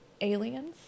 aliens